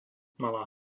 malá